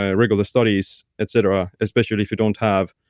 ah regular studies, etc. especially if you don't have,